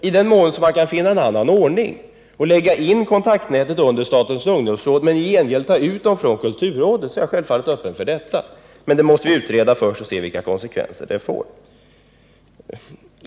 I den mån man kan finna en annan ordning och lägga in Kontaktnätet under statens ungdomsråd, men då ta ut organisationen från kulturrådet, är jag självfallet öppen för detta förslag, men det måste vi ju först utreda för att se vilka konsekvenser detta får.